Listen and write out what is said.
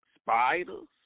spiders